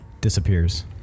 disappears